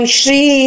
Shri